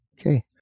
Okay